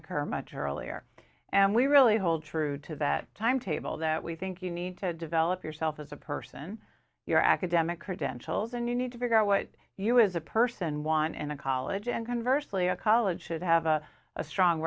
occur much earlier and we really hold true to that timetable that we think you need to develop yourself as a person your academic credentials and you need to figure out what you as a person want in a college and conversely a college should have a strong